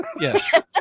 yes